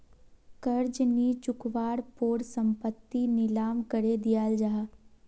कर्ज नि चुक्वार पोर संपत्ति नीलाम करे दियाल जाहा